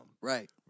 Right